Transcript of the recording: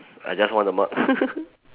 I just want the mark